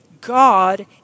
God